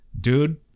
Dude